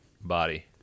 body